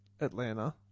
Atlanta